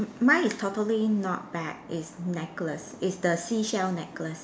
mine is totally not bag it's necklace it's the seashell necklace